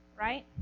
right